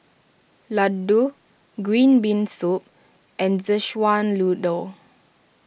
Laddu Green Bean Soup and Szechuan Noodle